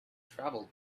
travelled